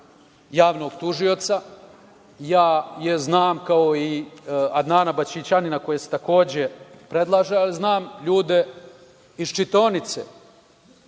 javnog tužioca. Poznajem je, kao i Adnana Baćićanina, koji se takođe predlaže, ali znam ljude iz čitaonice,